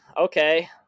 Okay